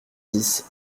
dix